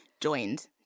joined